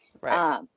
Right